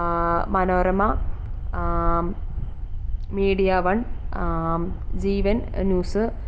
Manorama media one Jeevan news